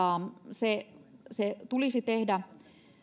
se se tulisi tehdä